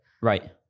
Right